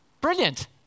Brilliant